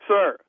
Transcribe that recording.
Sir